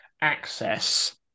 access